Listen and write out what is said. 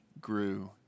grew